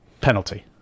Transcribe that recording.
penalty